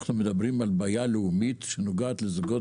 שאנחנו מדברים על בעיה לאומית שנוגעת לזוגות